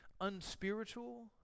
unspiritual